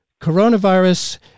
Coronavirus